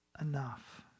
enough